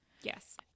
Yes